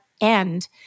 end